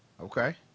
Okay